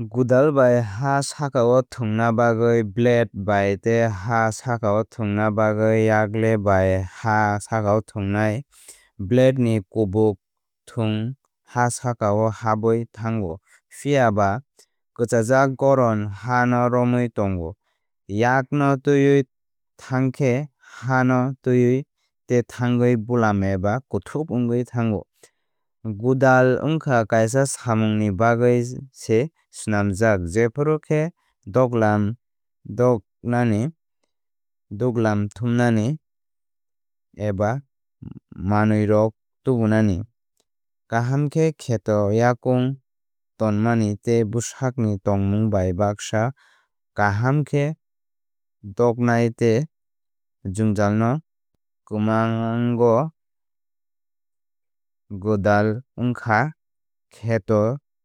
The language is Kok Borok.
Godal ha sakao thwngna bagwi blade bai tei ha sakao thwngna bagwi yakle bai ha sakao thwngnai. Blade ni kwbuk thwng ha sakao hapwi thango phiya ba kwchajak goron ha no romwi tongo. Yak no tẃiwi tháng khe ha no tẃiwi tei thángwi bulam eba kuthuk wngwi thango. Godal wngkha kaisa samungni bagwi se swnamjak jephru khe duglam dugnani duglam thumnani eba manwirok tubunani. Kaham khe kheto yakung tonmani tei bwsak ni tongmung bai baksa kaham khe dugnai tei jwngjal no kwmango. Godal wngkha kheto